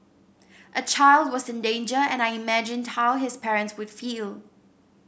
a child was in danger and I imagined how his parents would feel